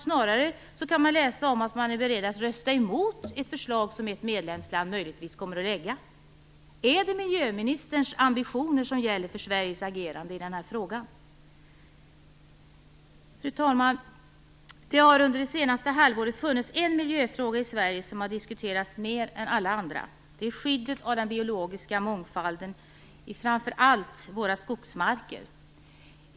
Snarare är man, enligt vad vi har kunnat läsa om, beredd att rösta emot ett sådant förslag som ett annat medlemsland möjligtvis kommer att lägga fram. Är det miljöministerns ambitioner som gäller för Sveriges agerande i den här frågan? Fru talman! Under det senaste halvåret har en miljöfråga diskuterats mer än alla andra i Sverige, och det är skyddet av den biologiska mångfalden, framför allt i våra skogsmarker.